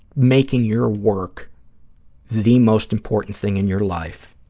making your work the most important thing in your life,